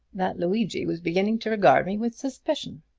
that luigi was beginning to regard me with suspicion!